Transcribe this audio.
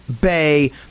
Bay